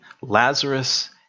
Lazarus